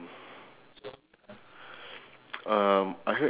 two guy were playing shooting